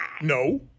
no